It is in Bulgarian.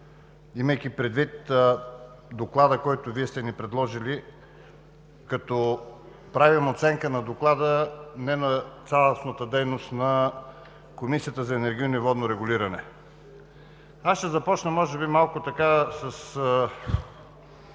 имайки предвид Доклада, който Вие сте ни предложили, като правим оценка на Доклада, а не на цялостната дейност на Комисията за енергийно и водно регулиране. Ще започна с едно сравнение,